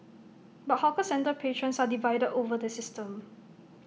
but hawker centre patrons are divided over the system